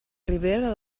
ribera